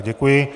Děkuji.